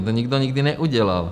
To nikdo nikdy neudělal.